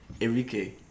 Enrique